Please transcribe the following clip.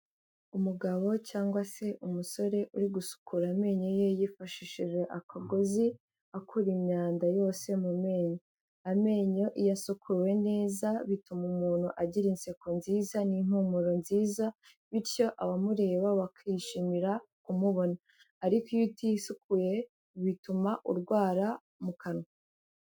Umugabo cyangwa se umusore uri gusukura amenyo ye yifashishije akagozi, akura imyanda yose mu menyo. Amenyo iyo asukuwe neza bituma umuntu agira inseko nziza n'impumuro nziza, bityo abamureba bakishimira kumubona, ariko iyo utisukuye bituma urwara mu kanwa.